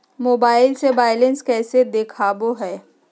Mobile से balance कैसे देखाबो है?